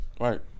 Right